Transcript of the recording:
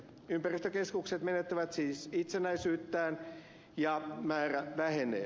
ympäristökeskukset menettävät siis itsenäisyyttään ja määrä vähenee